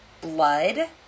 Blood